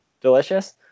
Delicious